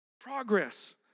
progress